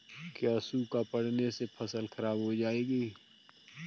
क्या सूखा पड़ने से फसल खराब हो जाएगी?